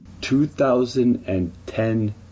2010